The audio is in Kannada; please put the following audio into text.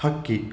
ಹಕ್ಕಿ